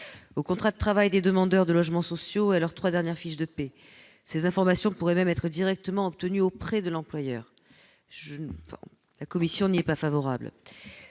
au contrat de travail des demandeurs de logements sociaux et à leurs trois dernières fiches de paie. Ces informations pourraient même être directement obtenues auprès de l'employeur. La commission n'y est pas favorable.